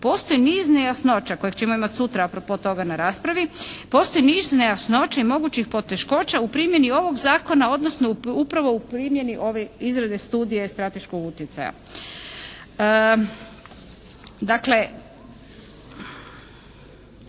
postoji niz nejasnoća koje ćemo imati sutra a pro pos toga na raspravi, postoji niz nejasnoća i mogućih poteškoća u primjeni ovog Zakona, odnosno upravo u primjeni ove izrade studija i strateškog utjecaja.